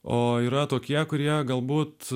o yra tokie kurie galbūt